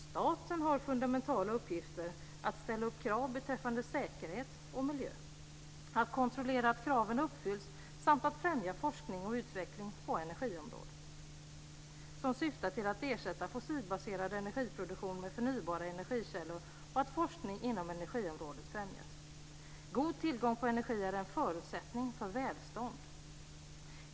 Staten har fundamentala uppgifter att ställa upp krav beträffande säkerhet och miljö, att kontrollera att kraven uppfylls samt att främja forskning och utveckling på energiområdet som syftar till att ersätta fossilbaserad energiproduktion med förnybara energikällor och till att forskning inom energiområdet främjas. God tillgång på energi är en förutsättning för välstånd.